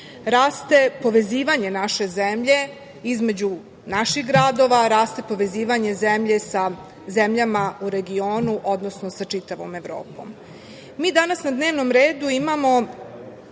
raste povezivanje naše zemlje između naših gradova, raste povezivanje zemlje sa zemljama u regionu, odnosno sa čitavom Evropom. Mi danas na dnevnom redu imamo